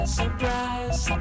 surprise